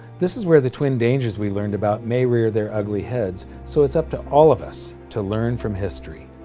this is where the twin dangers we learned about may rear their ugly heads so it's up to all of us to learn from history.